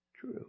true